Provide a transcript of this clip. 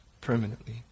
permanently